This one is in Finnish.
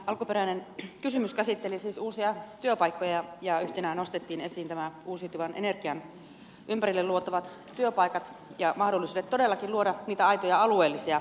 alkuperäinen kysymys käsitteli siis uusia työpaikkoja ja yhtenä nostettiin esiin uusiutuvan energian ympärille luotavat työpaikat ja mahdollisuudet todellakin luoda aitoja alueellisia työpaikkoja